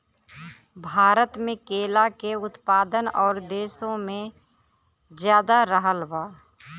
भारत मे केला के उत्पादन और देशो से ज्यादा रहल बा